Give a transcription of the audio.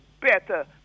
better